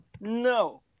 no